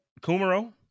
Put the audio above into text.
Kumaro